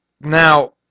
Now